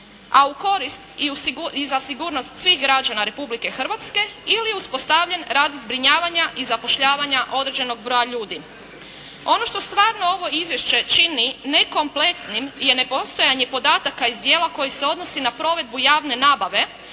a u korist i za sigurnost svih građana Republike Hrvatske, ili uspostavljen radi zbrinjavanja i zapošljavanja određenog broja ljudi. Ono što stvarno ovo izvješće čini nekompletnim je nepostojanje podataka iz dijela koje se odnosi na provedbu javne nabave,